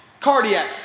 Cardiac